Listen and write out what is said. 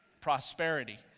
prosperity